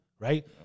Right